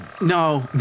no